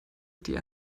die